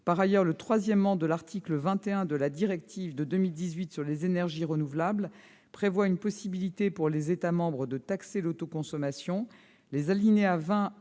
Par ailleurs, le paragraphe 3 de l'article 21 de la directive de 2018 sur les énergies renouvelables prévoit la possibilité, pour les États membres, de taxer l'autoconsommation. Les alinéas 20